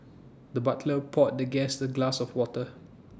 the butler poured the guest A glass of water